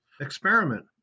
experiment